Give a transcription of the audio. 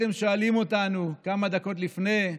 אם הייתם שואלים אותנו כמה דקות לפני,